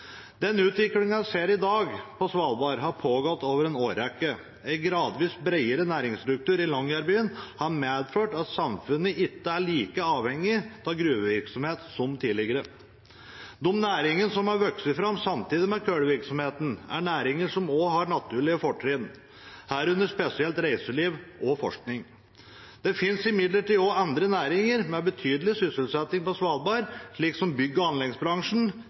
Den utviklingen vi ser i dag på Svalbard, har pågått over en årrekke. En gradvis bredere næringsstruktur i Longyearbyen har medført at samfunnet ikke er like avhengig av gruvevirksomhet som tidligere. De næringene som har vokst fram samtidig med kullvirksomheten, er næringer som også har naturlige fortrinn, herunder spesielt reiseliv og forskning. Det finnes imidlertid også andre næringer med betydelig sysselsetting på Svalbard, slik som bygg- og anleggsbransjen,